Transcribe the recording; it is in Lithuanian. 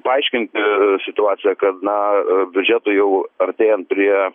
paaiškinti situaciją kad na biudžeto jau artėjam prie